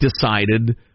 decided